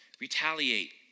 retaliate